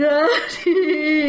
Daddy